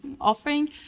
offering